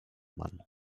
mann